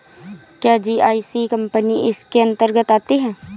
क्या GIC company इसके अन्तर्गत आती है?